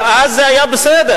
אבל אז זה היה בסדר,